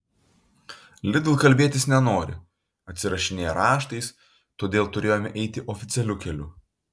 lidl kalbėtis nenori atsirašinėja raštais todėl turėjome eiti oficialiu keliu